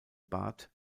bat